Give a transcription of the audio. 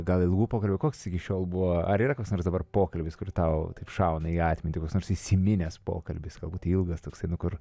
gal ilgų pokalbių koks iki šiol buvo ar yra kas nors dabar pokalbis kur tau taip šauna į atmintį koks nors įsiminęs pokalbis galbūt ilgas toksai nu kur